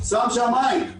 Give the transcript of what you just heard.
שם עין.